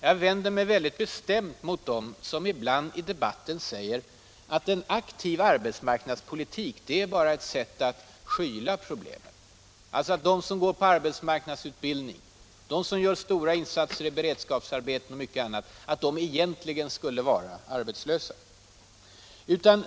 Jag vänder mig väldigt bestämt mot dem som i debatten säger, att en aktiv arbetsmarknadspolitik bara är ett sätt att skyla problemet — alltså att de som går i arbetsmarknadsutbildning, de som gör stora insatser i beredskapsarbeten och mycket annat egentligen skulle vara arbetslösa.